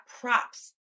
props